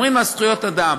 אומרים לה: זכויות אדם.